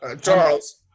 Charles